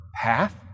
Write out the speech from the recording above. path